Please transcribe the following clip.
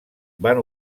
van